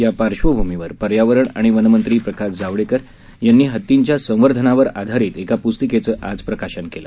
या पार्श्वभूमीवर पर्यावरण आणि वनमंत्री प्रकाश जावडेकर यांनी हतींच्या संवर्धनावर आधारीत एका प्स्तिकेचं आज प्रकाशन केलं